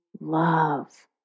love